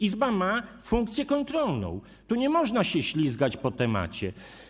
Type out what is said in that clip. Izba ma funkcję kontrolną, tu nie można ( [[Dzwonek)]] się ślizgać po temacie.